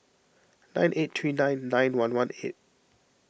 nine eight three nine nine one one eight